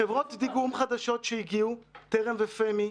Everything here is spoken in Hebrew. חברות הדיגום חדשות שהגיעו, "טרם" ו"פמי",